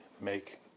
make